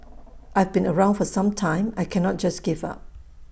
I've been around for some time I cannot just give up